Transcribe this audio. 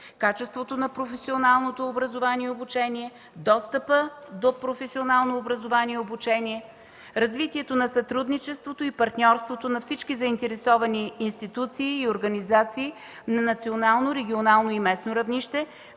качеството на професионалното образование и обучение; достъпа до професионално образование и обучение; развитието на сътрудничеството и партньорството на всички заинтересовани институции и организации на национално, регионално и местно равнище